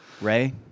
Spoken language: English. Ray